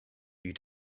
you